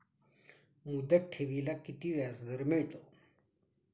मुदत ठेवीला किती व्याजदर मिळतो?